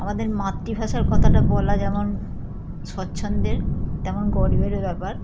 আমাদের মাতৃভাষার কথাটা বলা যেমন স্বচ্ছন্দের তেমন গর্বেরও ব্যাপার